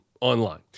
online